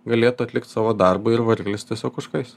galėtų atlikt savo darbą ir variklis tiesiog užkais